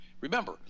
Remember